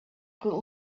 could